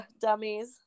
dummies